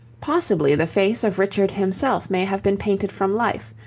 possibly the face of richard himself may have been painted from life,